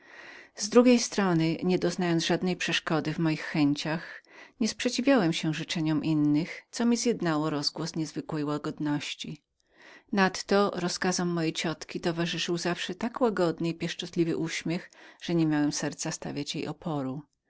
z drugiej strony nie doznając żadnej przeszkody w moich chęciach nie przeszkadzałem w niczem drugim co mi zjednało rozgłos niezwykłej łagodności nadto rozkazom mojej ciotki towarzyszył zawsze tak łagodny i pieszczotliwy uśmiech że niemiałem serca stawiać jej oporu